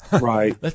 Right